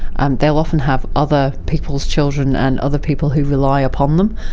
um they will often have other people's children and other people who rely upon them,